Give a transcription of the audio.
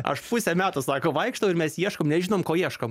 aš pusę metų sako vaikštau ir mes ieškom nežinom ko ieškom